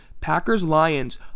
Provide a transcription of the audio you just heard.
Packers-Lions